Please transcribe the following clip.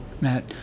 Matt